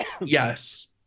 Yes